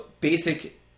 basic